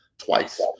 Twice